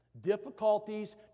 Difficulties